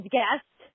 Guest